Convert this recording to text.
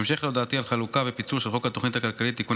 בהמשך להודעתי על חלוקה ופיצול של חוק התוכנית הכלכלית (תיקוני